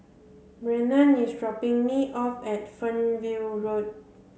Brennan is dropping me off at Fernhill Road